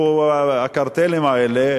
הפכו הקרטלים האלה,